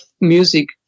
music